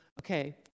Okay